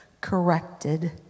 corrected